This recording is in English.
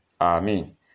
Amen